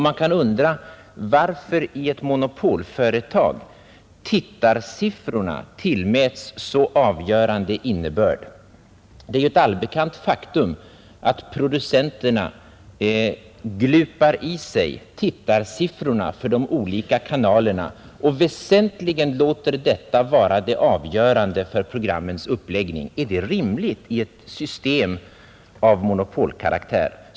Man kan undra varför i ett monopolföretag tittarsiffrorna tillmäts så avgörande betydelse. Det är ju ett allbekant faktum att producenterna glupar i sig tittarsiffrorna för de olika kanalerna och ofta låter detta vara det avgörande för programmens uppläggning. Är det rimligt i ett system av monopolkaraktär?